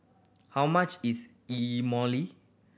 how much is Imoli